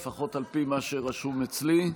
לפחות על פי מה שרשום אצלי.